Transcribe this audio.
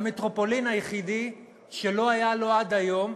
המטרופולין היחידה שלא היה לה עד היום